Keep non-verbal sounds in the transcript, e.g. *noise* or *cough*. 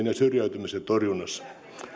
*unintelligible* ja syrjäytymisen torjunnassa